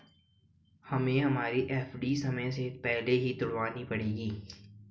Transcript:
हमें हमारी एफ.डी समय से पहले ही तुड़वानी पड़ेगी